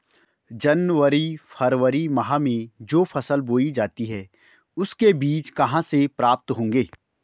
जनवरी फरवरी माह में जो फसल बोई जाती है उसके बीज कहाँ से प्राप्त होंगे?